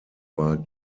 war